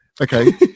Okay